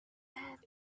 have